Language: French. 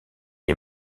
est